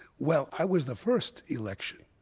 well, i was the first election.